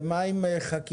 ומה עם חקיקה?